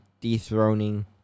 dethroning